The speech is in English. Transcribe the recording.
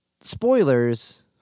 spoilers